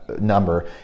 number